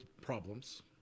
problems